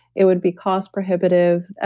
it would be cost prohibitive.